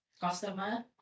customer